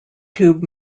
tube